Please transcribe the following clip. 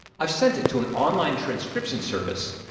i've sent it to an online transcription service,